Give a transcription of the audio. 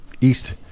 east